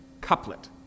couplet